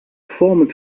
format